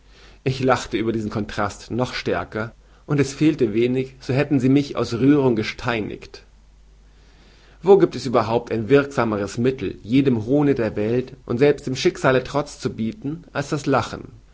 ich lachte über diesen kontrast noch stärker und es fehlte wenig so hätten sie mich aus rührung gesteinigt wo giebt es überhaupt ein wirksameres mittel jedem hohne der welt und selbst dem schicksale troz zu bieten als das lachen